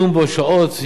הבית הזה עוד ידון שעות,